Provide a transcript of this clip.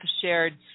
shared